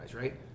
right